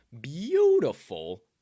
beautiful